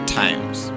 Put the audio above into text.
times